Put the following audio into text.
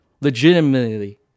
legitimately